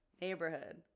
neighborhood